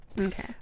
Okay